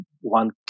one